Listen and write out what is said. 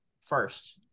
first